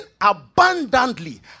abundantly